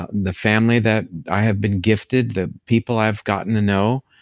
ah and the family that i have been gifted, the people i've gotten to know.